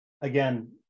again